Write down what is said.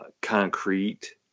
concrete